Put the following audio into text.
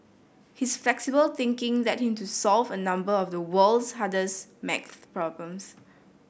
his flexible thinking led him to solve a number of the world's hardest maths problems